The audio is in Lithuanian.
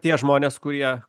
tie žmonės kurie